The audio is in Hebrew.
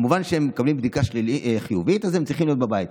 כמובן שאם הם מקבלים בדיקה חיובית אז הם צריכים להיות בבית,